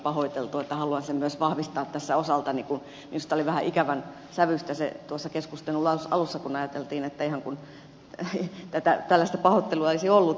haluan sen myös vahvistaa tässä osaltani kun minusta oli vähän ikävän sävyistä tuossa keskustelun alussa se kun ajateltiin että ihan kuin tällaista pahoittelua ei olisi ollut